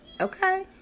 Okay